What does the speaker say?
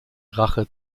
rache